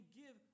give